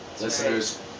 listeners